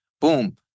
Boom